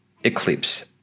Eclipse